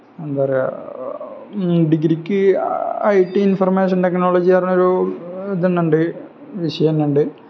എന്തണ് പറയുക ഈ ഡിഗ്രിക്ക് ഐ ടി ഇൻഫർമേഷൻ ടെക്നോളജി പറഞ്ഞൊരു ഇതന്നെയുണ്ട് വിഷയം തന്നെയുണ്ട്